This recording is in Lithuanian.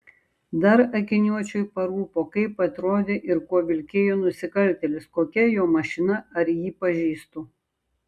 dar akiniuočiui parūpo kaip atrodė ir kuo vilkėjo nusikaltėlis kokia jo mašina ar jį pažįstu